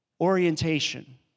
orientation